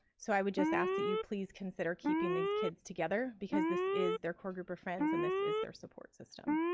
so i would just ask that you please consider keeping these kids together because this is their core group of friends and this is their support system,